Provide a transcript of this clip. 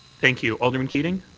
thank you. alderman keating?